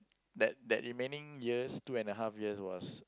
that that remaining years two and a half years was